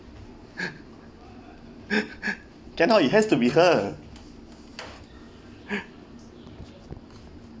cannot it has to be her